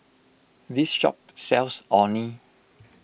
this shop sells Orh Nee